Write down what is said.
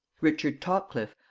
richard topcliffe,